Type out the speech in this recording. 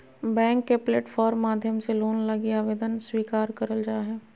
bank के platform माध्यम से लोन लगी आवेदन स्वीकार करल जा हय